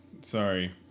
sorry